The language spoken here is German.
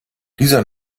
dieser